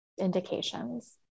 indications